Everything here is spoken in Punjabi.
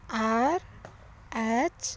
R H